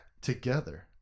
together